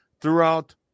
throughout